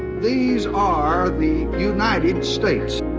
these are the united states.